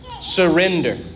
Surrender